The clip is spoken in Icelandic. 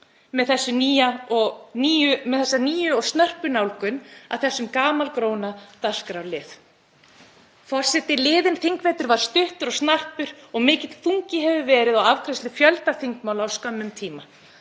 með þessa nýju og snörpu nálgun að þessum gamalgróna dagskrárlið. Forseti. Liðinn þingvetur var stuttur og snarpur og mikill þungi hefur verið á afgreiðslu fjölda þingmála á skömmum tíma.